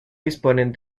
disponen